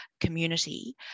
community